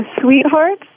sweetheart